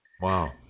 Wow